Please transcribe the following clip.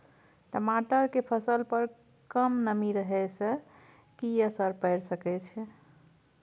टमाटर के फसल पर कम नमी रहै से कि असर पैर सके छै?